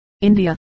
India